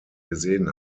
gesehen